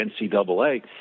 NCAA